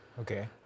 Okay